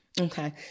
Okay